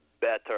better